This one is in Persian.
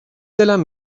دلم